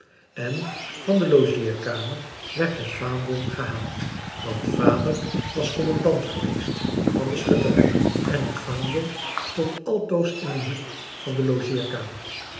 en van de logeerkamer werd het vaandel gehaald want vader was commandant geweest van de schutterij en het vaandel stond altoos in een hoek van de logeerkamer